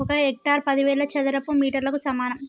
ఒక హెక్టారు పదివేల చదరపు మీటర్లకు సమానం